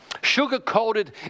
Sugar-coated